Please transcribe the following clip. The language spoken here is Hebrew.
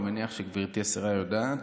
אני מניח שגברתי השרה יודעת,